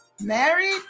Married